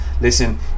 listen